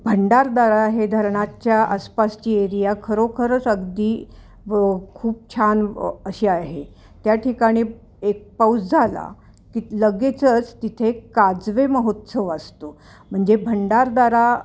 भंडारदारा हे धरणाच्या आसपासची एरिया खरोखरंच अगदी व खूप छान अशी आहे त्या ठिकाणी एक पाऊस झाला की लगेचच तिथे काजवे महोत्सव असतो म्हणजे भंडारदारा